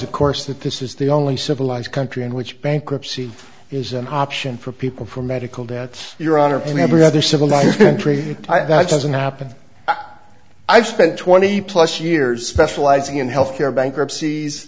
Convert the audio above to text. of course that this is the only civilized country in which bankruptcy is an option for people for medical debt your honor in every other civilized country that doesn't happen i spent twenty plus years specializing in health care bankruptcies